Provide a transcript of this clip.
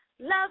Love